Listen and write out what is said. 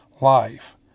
life